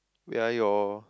where are your